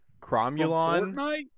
Cromulon